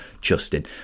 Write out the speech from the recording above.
Justin